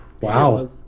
Wow